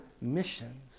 missions